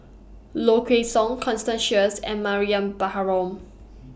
Low Kway Song Constance Sheares and Mariam Baharom